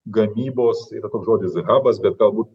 gamybos yra toks žodis habas bet galbūt